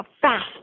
fast